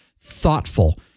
thoughtful